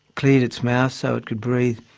cleared its mouth so it could breathe,